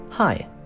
Hi